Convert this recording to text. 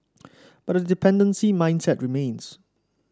but the dependency mindset remains